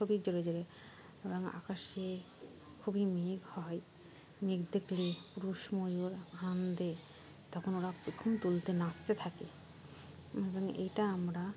খুবই জোরে জোরে এবং আকাশে খুবই মেঘ হয় মেঘ দেখলে পুরুষ ময়ূর আনন্দে তখন ওরা পেখম তুলতে নাচতে থাকে এবং এইটা আমরা